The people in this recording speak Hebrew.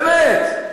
באמת,